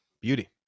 Beauty